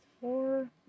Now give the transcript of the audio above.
four